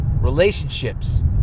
relationships